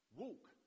walk